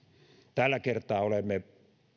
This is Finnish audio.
tällä kertaa olemme